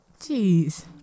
Jeez